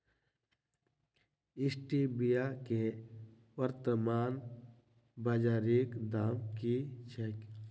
Stevia केँ वर्तमान बाजारीक दाम की छैक?